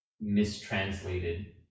mistranslated